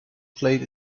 played